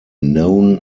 know